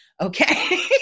Okay